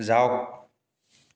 যাওক